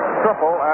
triple